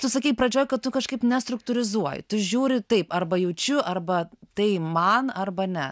tu sakei pradžioj kad tu kažkaip nestruktūrizuoji žiūri taip arba jaučiu arba tai man arba ne